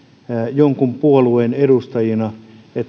jonkun puolueen edustajina